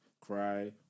cry